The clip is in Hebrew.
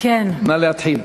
נא להתחיל.